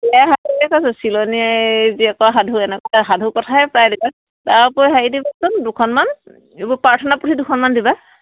চিলনী জীয়েকৰ সাধু এনেকুৱা সাধু কথাই প্ৰায় দিবা তাৰপৰি হেৰি দিবাচোন দুখনমান এইবোৰ প্ৰাৰ্থনা পুঁথি দুখনমান দিবা